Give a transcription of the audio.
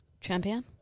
Champion